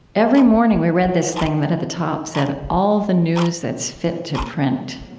every morning we read this thing that at the top said, all the news that's fit to print.